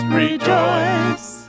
rejoice